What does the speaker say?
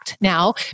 now